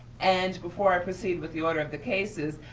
and before i proceed with the order of the cases,